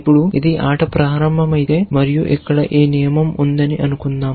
ఇప్పుడు ఇది ఆట ప్రారంభమైతే మరియు ఇక్కడ ఈ నియమం ఉందని అనుకుందాం